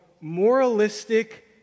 moralistic